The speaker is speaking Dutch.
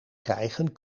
krijgen